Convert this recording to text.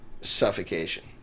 Suffocation